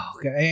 Okay